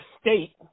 state